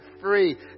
free